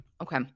okay